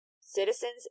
Citizens